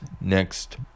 next